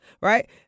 Right